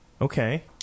Okay